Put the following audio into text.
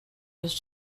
was